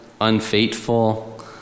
unfaithful